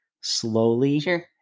slowly